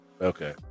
okay